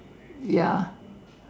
ya